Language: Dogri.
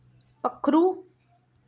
पक्खरू